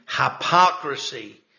hypocrisy